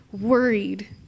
worried